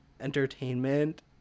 entertainment